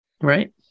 Right